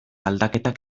aldaketak